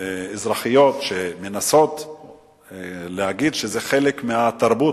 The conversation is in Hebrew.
אזרחיות שמנסות להגיד שזה חלק מהתרבות,